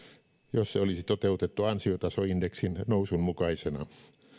jos se olisi toteutettu ansiotasoindeksin nousun mukaisena